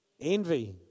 Envy